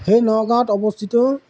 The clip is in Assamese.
সেই নগাঁৱত অৱস্থিত